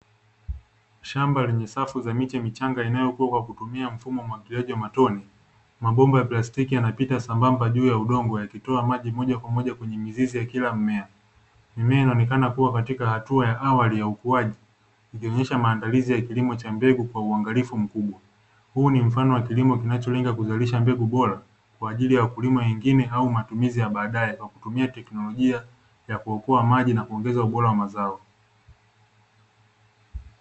Shamba lenye safu za miti michanga yanayokuwa kwa kutumia mfumo wa mwagiliaji wa matone mabomba ya plastiki yanapita sambamba juu ya udongo yakitoa maji moja kwa moja kwenye mizizi ya kila mmea; mimea inaonekana kuwa katika hatua ya awali ya ukuaji ikionyesha maandalizi ya kilimo cha mbegu kwa uangalifu mkubwa; huu ni mfano wa kilimo kinacholenga kuzalisha mbegu bora kwa ajili ya wakulima wengine au matumizi ya baadaye kwa kutumia teknolojia ya kuokoa maji na kuongeza ubora wa mazao.